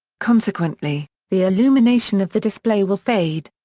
consequently, the illumination of the display will fade.